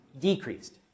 decreased